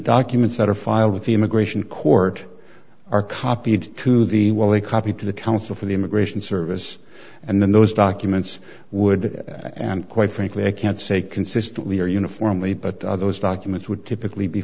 documents that are filed with the immigration court are copied to the wall a copy to the counsel for the immigration service and then those documents would and quite frankly i can't say consistently or uniformly but others documents would typically be